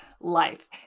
Life